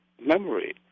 memory